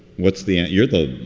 what's the point? you're though.